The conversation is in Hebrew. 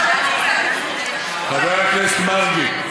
חבר הכנסת מרגי,